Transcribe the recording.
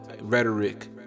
rhetoric